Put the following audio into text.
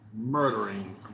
murdering